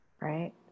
right